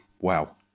Wow